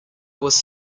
was